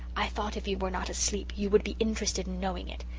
i thought if you were not asleep you would be interested in knowing it.